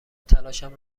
تلاشم